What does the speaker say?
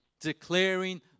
declaring